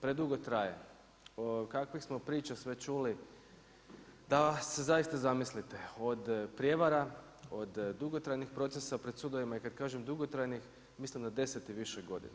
Predugo traje, kakvih smo priča sve čuli, da se zaista zamislite, od prijevara, od dugotrajnih procesa, pred sudovima, i kad kažem dugotrajnih mislim na 10 i više godina.